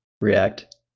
React